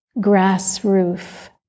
grass-roof